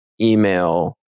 email